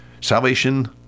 Salvation